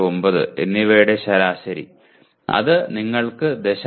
669 എന്നിവയുടെ ശരാശരി അത് നിങ്ങൾക്ക് 0